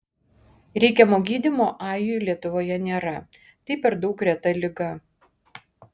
reikiamo gydymo ajui lietuvoje nėra tai per daug reta liga